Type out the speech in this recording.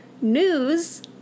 news